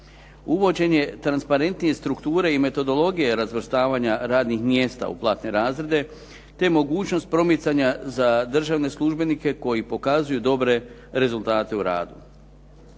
Uvođenje transparentnije strukture i metodologije razvrstavanja radnih mjesta u platne razrede te mogućnost promicanja za državne službenike koji pokazuju dobre rezultate u radu.